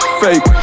fake